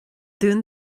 dún